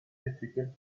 difficult